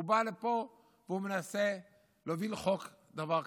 הוא בא לפה והוא מנסה להוביל חוק לדבר כזה.